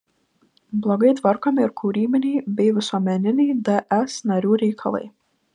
blogai tvarkomi ir kūrybiniai bei visuomeniniai ds narių reikalai